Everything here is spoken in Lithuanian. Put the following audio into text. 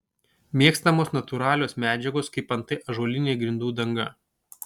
mėgstamos natūralios medžiagos kaip antai ąžuolinė grindų danga